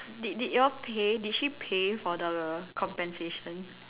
did did you all pay did she pay for the compensation